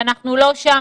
אנחנו לא שם.